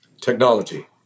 Technology